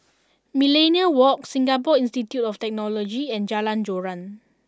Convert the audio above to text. Millenia Walk Singapore Institute of Technology and Jalan Joran